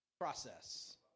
Process